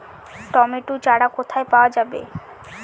Tomato চারা কোথায় পাওয়া যাবে?